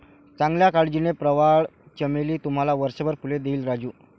चांगल्या काळजीने, प्रवाळ चमेली तुम्हाला वर्षभर फुले देईल राजू